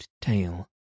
tail